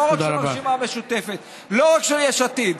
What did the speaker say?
לא רק של הרשימה המשותפת, לא רק של יש עתיד: